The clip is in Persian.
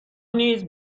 نیز